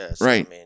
right